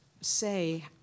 say